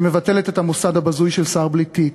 שמבטלת את המוסד הבזוי של שר בלי תיק,